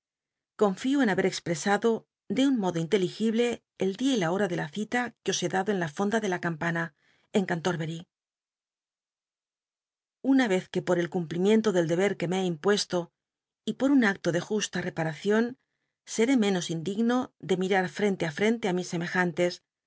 confío en haber expresado de un modo inleli biblioteca nacional de españa david copperfield gible el dia y la hora de la cita que os he dado cu la fonda de in campana en cantorbery una vez que por el cumplimiento del del cr que me he impuesto y por un acto de justa repnacion seé menos indigno de mirar fren te fi rrcnte ü mis semejantes